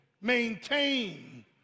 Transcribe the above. maintain